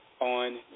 on